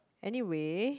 anyway